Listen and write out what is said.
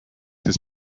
his